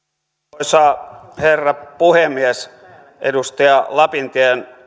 arvoisa herra puhemies edustaja lapintien